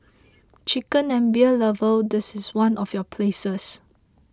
chicken and beer lovers this is one of your places